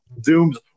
dooms